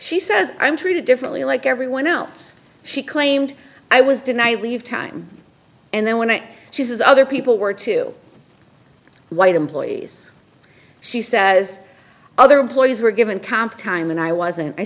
she says i'm treated differently like everyone else she claimed i was denied leave time and then when i say she says other people were too white employees she says other employees were given comp time and i wasn't i